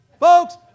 Folks